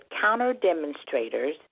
counter-demonstrators